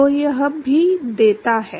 तो यह भी देता है